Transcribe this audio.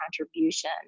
contribution